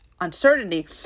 uncertainty